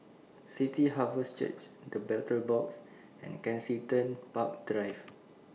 City Harvest Church The Battle Box and Kensington Park Drive